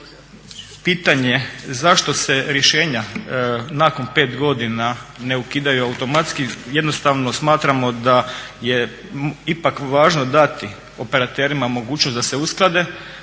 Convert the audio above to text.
pitanje zašto se rješenja nakon 5 godina ne ukidaju automatski, jednostavno smatramo da je ipak važno dati operaterima mogućnost da se usklade